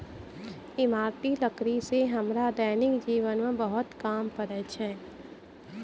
इमारती लकड़ी सें हमरा दैनिक जीवन म बहुत काम पड़ै छै